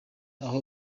aho